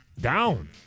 Down